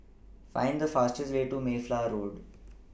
Find The fastest Way to Mayflower Road